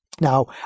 Now